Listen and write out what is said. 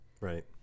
Right